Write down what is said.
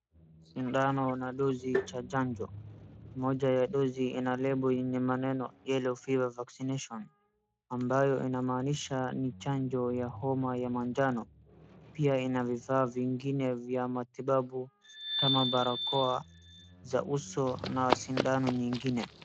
Sindano na dosi cha chanjo, moja ya dosi imeandikwa neno Yellow Fever Vaccination , ambayo inamaanisha ni chanjo ya homa ya manjano, pia ina vifaa vingine ya matibabu kama barakoa za uso, na sindano nyingine.